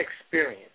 experience